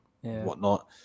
whatnot